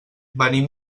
venim